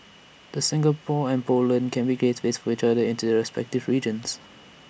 the Singapore and Poland can be gateways for each other into their respective regions